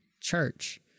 church